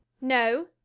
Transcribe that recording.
No